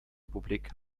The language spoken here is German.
republik